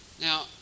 Now